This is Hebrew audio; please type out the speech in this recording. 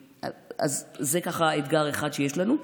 זה אתגר אחד שיש לנו.